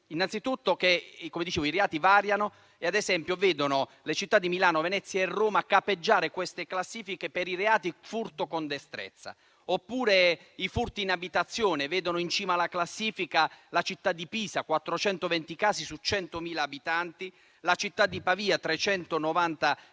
Innanzi tutto, i reati che variano vedono le città di Milano, Venezia e Roma capeggiare le classifiche per il furto con destrezza; i furti in abitazione vedono in cima alla classifica la città di Pisa (con 420 casi su 100.000 abitanti), la città di Pavia (con 390 casi